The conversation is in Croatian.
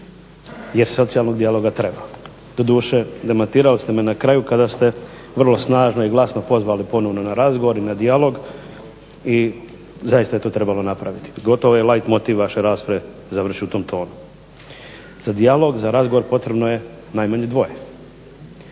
jer socijalnog dijaloga treba. Doduše, demantirali ste me na kraju kada ste vrlo snažno i glasno pozvali ponovno na razgovor i na dijalog i zaista je to trebalo napraviti. Gotovo je light motiv vaše rasprave završio u tom tonu. Za dijalog, za razgovor potrebno je najmanje dvoje